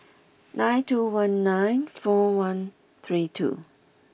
nine two one nine four one three two